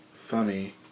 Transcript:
funny